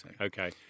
okay